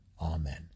Amen